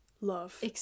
love